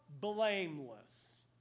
blameless